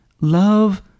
Love